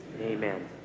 Amen